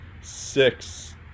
six